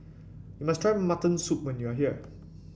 you must try Mutton Soup when you are here